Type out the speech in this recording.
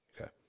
okay